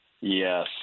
Yes